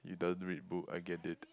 you don't read book I get it